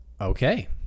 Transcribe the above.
Okay